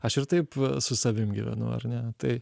aš ir taip su savim gyvenu ar ne tai